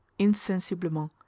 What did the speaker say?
insensiblement